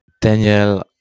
Daniel